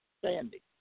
Sandy